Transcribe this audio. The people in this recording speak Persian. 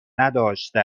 نداشته